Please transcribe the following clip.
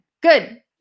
Good